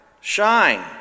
shine